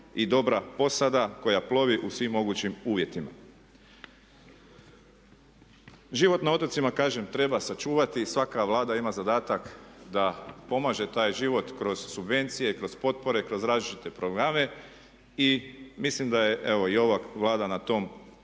i dobra posada koja plovi u svim mogućim uvjetima. Život na otocima, kažem treba sačuvati i svaka Vlada ima zadatak da pomaže taj život kroz subvencije, kroz potpore, kroz različite programe. I mislim da je evo i ova Vlada na tom